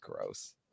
gross